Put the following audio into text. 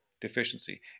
deficiency